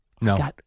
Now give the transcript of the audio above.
No